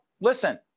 listen